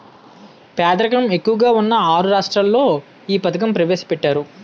పేదరికం ఎక్కువగా ఉన్న ఆరు రాష్ట్రాల్లో ఈ పథకం ప్రవేశపెట్టారు